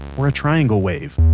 or a triangle wave